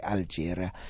Algeria